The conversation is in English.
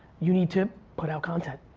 you need to put out content.